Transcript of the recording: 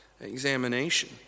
examination